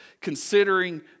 considering